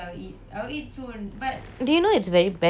do you know it's vey bad to eat very late at night